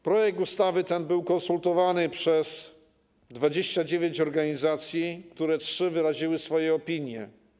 Projekt ustawy był konsultowany z 29 organizacjami, z których trzy wyraziły swoje opinie.